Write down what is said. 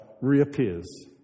reappears